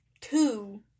Two